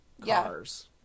cars